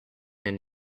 and